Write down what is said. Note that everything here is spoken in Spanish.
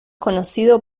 conocido